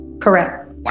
Correct